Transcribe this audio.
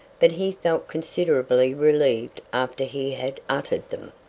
but he felt considerably relieved after he had uttered them.